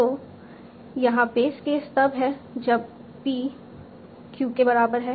तो यहाँ base case तब है जब P q के बराबर है